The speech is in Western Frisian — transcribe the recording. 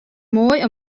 moai